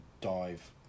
dive